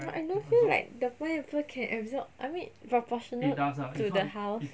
but I don't feel like the pineapple can absorb I mean proportionate to the house